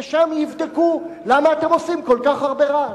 ושם יבדקו למה אתם עושים כל כך הרבה רעש.